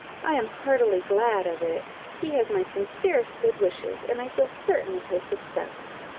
i am heartily glad of it he has my sincerest good wishes, and i feel certain of his success.